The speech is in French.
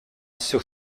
sur